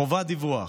לסיום, חובת דיווח,